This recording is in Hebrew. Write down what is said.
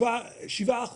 7%,